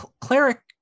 cleric